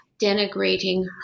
denigrating